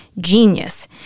genius